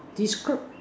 describe